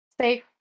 safe